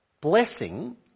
blessing